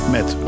Met